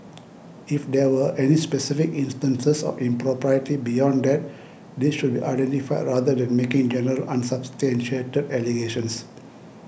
if there were any specific instances of impropriety beyond that these should be identified rather than making general unsubstantiated allegations